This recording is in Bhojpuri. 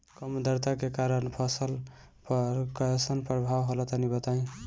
कम आद्रता के कारण फसल पर कैसन प्रभाव होला तनी बताई?